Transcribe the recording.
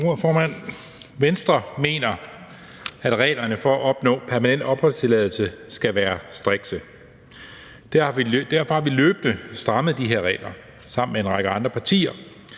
Venstre mener, at reglerne for at opnå permanent opholdstilladelse skal være strikse. Derfor har vi løbende strammet de her regler sammen med en række andre partier.